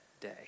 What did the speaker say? day